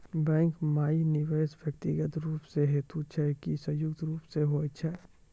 Bank माई निवेश व्यक्तिगत रूप से हुए छै की संयुक्त रूप से होय छै?